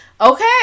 okay